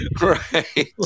Right